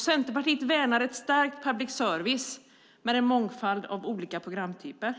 Centerpartiet värnar ett starkt public service med en mångfald av olika programtyper.